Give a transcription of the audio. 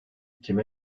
kime